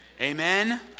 Amen